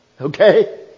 Okay